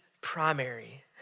primary